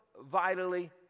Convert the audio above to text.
vitally